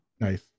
nice